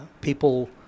People